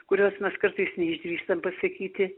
kurios mes kartais neišdrįstam pasakyti